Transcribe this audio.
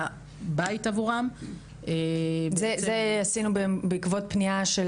בית עבורם --- את זה עשינו בעקבות פנייה של